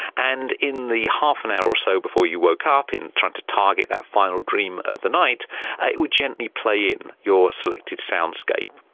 and in the half an hour or so before you woke up, in trying to target that final dream of the night, it would gently play in your selected soundscape.